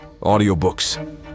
audiobooks